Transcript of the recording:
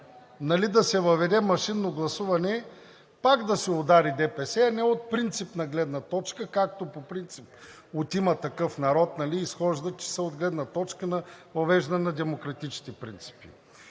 да се въведе машинно гласуване – пак да се удари ДПС, не от принципна гледна точка, както по принцип от „Има такъв народ“ изхождат, че е от гледна точка на въвеждане на демократичните принципи.